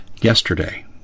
yesterday